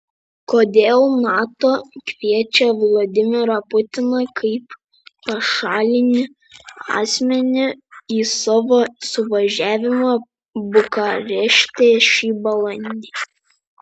kodėl nato kviečia vladimirą putiną kaip pašalinį asmenį į savo suvažiavimą bukarešte šį balandį